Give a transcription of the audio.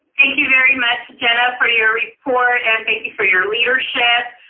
thank you very much jena for your report, and thank you for your leadership.